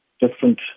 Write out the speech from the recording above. different